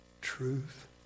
truth